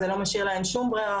זה לא משאיר להם שום ברירה,